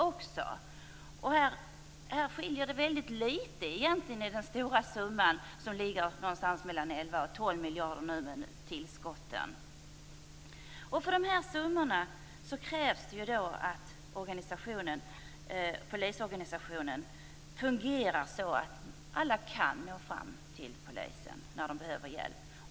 Det skiljer väldigt litet i fråga om tillskotten i den stora summa som nu ligger någonstans mellan 11 och 12 För dessa summor krävs att polisorganisationen fungerar så att alla kan nå fram till polisen när de behöver hjälp.